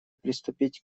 приступить